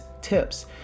tips